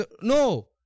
No